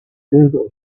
google